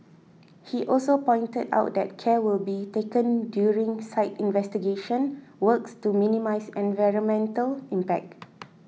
he also pointed out that care will be taken during site investigation works to minimise environmental impact